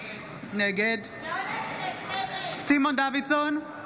נגד סימון דוידסון,